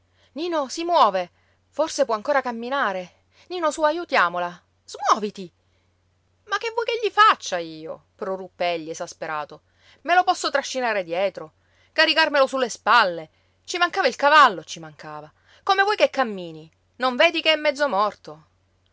nino si muove forse può ancora camminare nino su ajutiamola smuoviti ma che vuoi che gli faccia io proruppe egli esasperato me lo posso trascinare dietro caricarmelo su le spalle ci mancava il cavallo ci mancava come vuoi che cammini non vedi che è mezzo morto